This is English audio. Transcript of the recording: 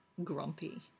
grumpy